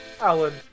Alan